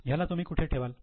ह्याला तुम्ही कुठे ठेवाल